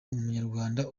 umunyarwanda